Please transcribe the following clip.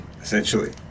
Essentially